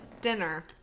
dinner